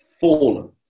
fallen